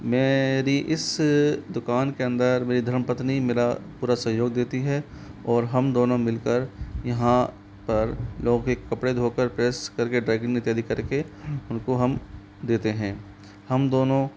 मेरी इस दुकान के अंदर मेरी धरमपत्नी मेरा पूरा सहयोग देती है और हम दोनों मिल कर यहाँ पर लोगों के कपड़े धो कर प्रेस कर के ड्राईक्लीन इत्यादि कर के उनको हम देते हैं हम दोनों